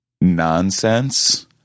nonsense